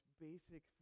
basic